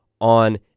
on